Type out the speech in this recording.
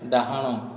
ଡ଼ାହାଣ